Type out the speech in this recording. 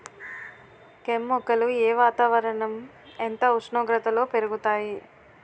కెమ్ మొక్కలు ఏ వాతావరణం ఎంత ఉష్ణోగ్రతలో పెరుగుతాయి?